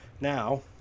now